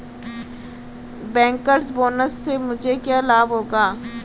Bankers bonus से मुझे क्या लाभ होगा?